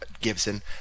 Gibson